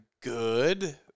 good